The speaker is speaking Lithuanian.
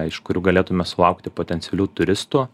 iš kurių galėtume sulaukti potencialių turistų